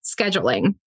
scheduling